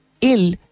ill